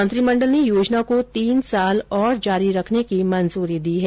मंत्रिमंडल ने योजना को तीन वर्ष और जारी रखने की मंजूरी दी है